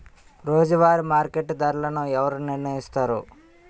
రోజువారి మార్కెట్ ధరలను ఎవరు నిర్ణయిస్తారు?